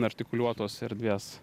artikuliuotos erdvės